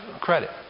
credit